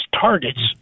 targets